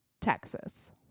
Texas